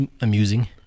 amusing